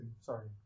sorry